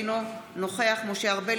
אינו נוכח משה ארבל,